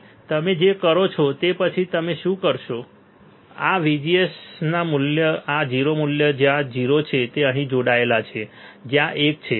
પછી તમે જે કરો છો તે પછી તમે શું કરો છો આ VGS મૂલ્ય આ 0 મૂલ્ય જ્યાં 0 છે તે અહીં જોડાયેલ છે જ્યાં એક છે